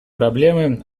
проблемы